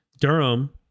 Durham